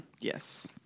Yes